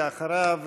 אחריו,